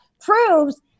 proves